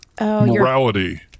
Morality